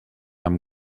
amb